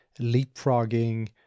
leapfrogging